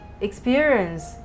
experience